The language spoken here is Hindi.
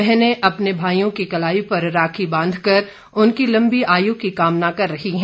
बहनें अपने भाईयों की कलाई पर राखी बांधकर उनकी लंबी आयु की कामना कर रही हैं